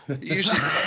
usually